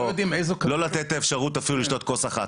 לא לתת אפשרות לשתות אפילו כוס אחת.